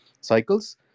cycles